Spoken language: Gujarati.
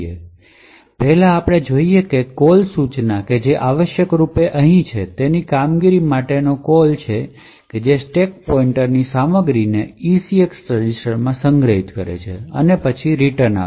તેથી પહેલા આપણે જોઈએ છીએ કે કોલ સૂચના જે આવશ્યકરૂપે છે તે અહીંની આ કામગીરી માટેનો કોલ છે જે સ્ટેક પોઇન્ટર ની સામગ્રીને ECX રજિસ્ટરમાં સંગ્રહિત કરે છે અને પછી વળતર આપે છે